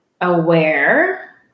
aware